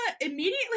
immediately